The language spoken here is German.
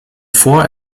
vor